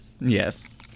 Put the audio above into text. Yes